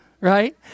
right